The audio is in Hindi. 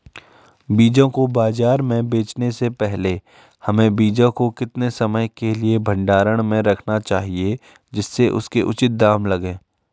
बीजों को बाज़ार में बेचने से पहले हमें बीजों को कितने समय के लिए भंडारण में रखना चाहिए जिससे उसके उचित दाम लगें?